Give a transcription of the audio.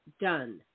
done